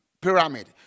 pyramid